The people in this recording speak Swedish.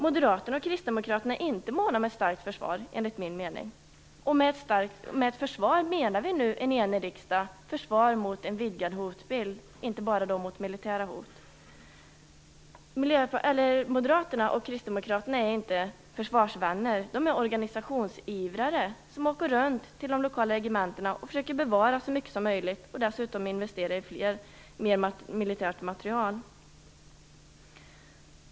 Moderaterna och Kristdemokraterna är inte måna om ett starkt försvar enligt min mening. Med ett försvar menar nu en enig riksdag försvar mot en vidgad hotbild, inte bara mot militära hot. Moderaterna och Kristdemokraterna är inte försvarsvänner, de är organisationsivrare, som åker runt till de lokala regementena och försöker bevara så mycket som möjligt och dessutom investera i mer militär materiel.